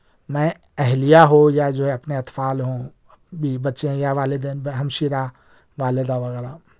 مع اہلیہ ہو یا جو ہے اپنے اطفال ہوں بیوی بچے ہیں یا والدین با ہمشیرہ والدہ وغیرہ